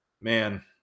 man